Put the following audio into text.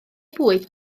bwyd